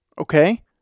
Okay